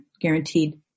guaranteed